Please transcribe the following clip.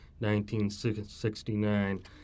1969